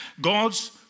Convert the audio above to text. God's